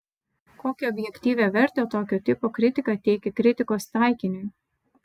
kokią objektyvią vertę tokio tipo kritika teikia kritikos taikiniui